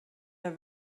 der